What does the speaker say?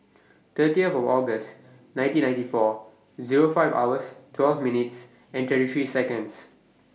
thirty of August nineteen ninety four Zero five hours twelve minutes and thirty three Seconds